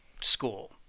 school